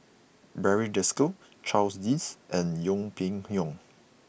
Barry Desker Charles Dyce and Yeng Pway Ngon